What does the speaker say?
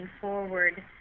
forward